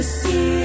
see